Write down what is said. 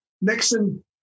Nixon